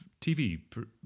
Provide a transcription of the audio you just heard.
TV